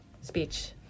speech